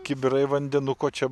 kibirai vandenuko čia